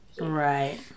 Right